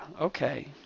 okay